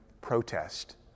protest